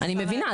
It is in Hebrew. אני מבינה,